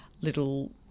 little